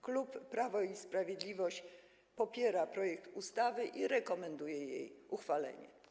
Klub Prawo i Sprawiedliwość popiera projekt ustawy i rekomenduje jego uchwalenie.